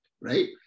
right